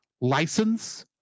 license